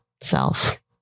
self